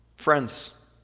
Friends